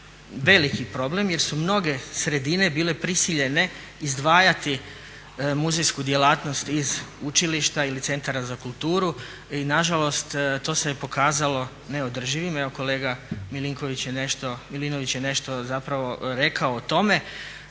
veliki problem jer su mnoge sredine bile prisiljene izdvajati muzejsku djelatnost iz učilišta ili centara za kulturu i nažalost to se je pokazalo neodrživim. Evo kolega Milinković je nešto, Milinović je